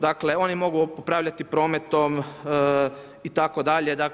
Dakle, oni mogu upravljati prometom itd.